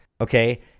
okay